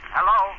Hello